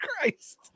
Christ